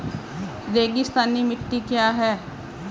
रेगिस्तानी मिट्टी क्या है?